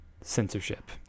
censorship